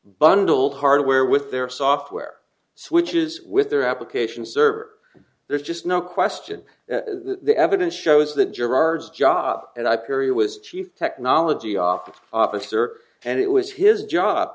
bundled hardware with their software switches with their application server there's just no question the evidence shows that gerard job and i perry was chief technology officer officer and it was his job